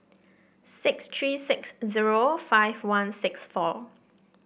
six three six zero five one six four